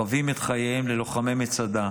חבים את חייהם ללוחמי מצדה,